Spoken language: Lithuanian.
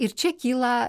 ir čia kyla